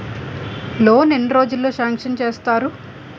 Loan ఎన్ని రోజుల్లో sanction చేస్తారు?